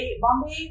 Bombay